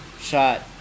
shot